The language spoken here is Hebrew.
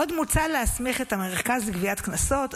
עוד מוצע להסמיך את המרכז לגביית קנסות,